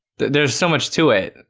there's so much to it.